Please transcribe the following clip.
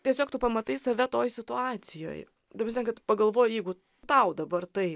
tiesiog tu pamatai save toj situacijoj ta prasme kad pagalvoji jeigu tau dabar tai